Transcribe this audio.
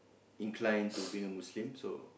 inclined to being a Muslim so